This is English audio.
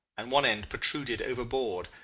and one end protruded overboard,